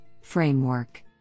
framework